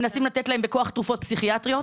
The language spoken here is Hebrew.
מנסים לתת להם בכוח תרופות פסיכיאטריות.